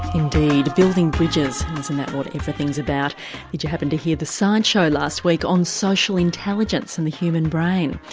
indeed, building bridges isn't that what everything's about? did you happen to hear the science show last week on social intelligence and the human brain?